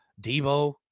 Debo